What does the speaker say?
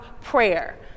prayer